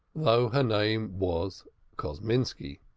though her name was kosminski.